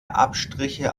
abstriche